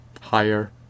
higher